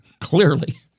clearly